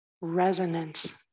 resonance